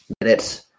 minutes